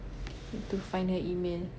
need to find her email